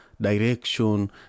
direction